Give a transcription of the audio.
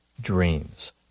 dreams